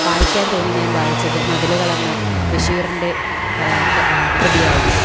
വായിക്കാൻ തോന്നി ഞാൻ വായിച്ചത് മതിലുകളെന്ന ബഷീറിൻ്റെ കൃതിയായിരുന്നു